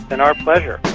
been our pleasure.